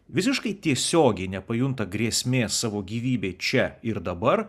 visiškai tiesiogiai nepajunta grėsmės savo gyvybei čia ir dabar